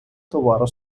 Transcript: товару